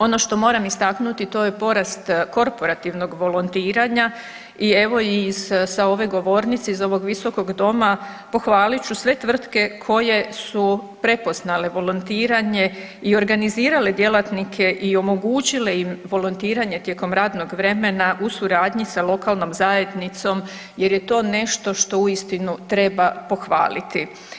Ono što moram istaknuti to je porast korporativnog volontiranja i evo i iz, sa ove govornice iz ove visokog doma pohvalit ću sve tvrtke koje su prepoznale volontiranje i organizirale djelatnike i omogućile im volontiranje tijekom radnog vremena u suradnji sa lokalnom zajednicom jer je to nešto što uistinu treba pohvaliti.